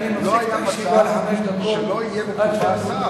לא היה מצב שלא יהיה שר.